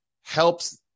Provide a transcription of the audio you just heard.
helps